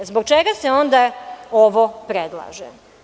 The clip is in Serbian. Zbog čega se onda ovo predlaže?